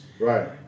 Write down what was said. Right